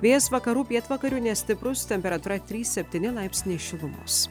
vėjas vakarų pietvakarių nestiprus temperatūra trys septyni laipsniai šilumos